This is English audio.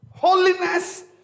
Holiness